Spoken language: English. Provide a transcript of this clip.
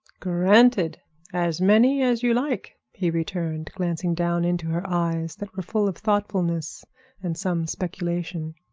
granted as many as you like, he returned, glancing down into her eyes that were full of thoughtfulness and some speculation.